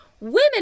women